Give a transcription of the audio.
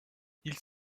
ils